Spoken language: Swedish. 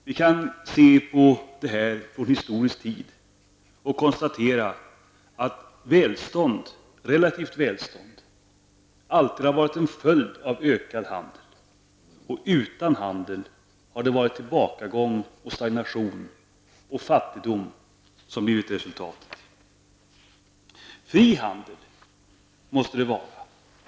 Vi kan under historisk tid konstatera att relativt välstånd alltid har varit en följd av ökad handel, medan det utan handel har varit tillbakagång, stagnation och fattigdom som blivit resultatet. Fri handel måste det vara.